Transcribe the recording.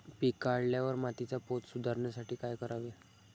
पीक काढल्यावर मातीचा पोत सुधारण्यासाठी काय करावे?